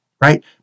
right